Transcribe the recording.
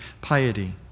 piety